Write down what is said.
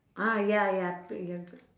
ah ya ya you have to